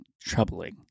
troubling